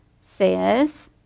says